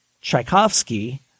Tchaikovsky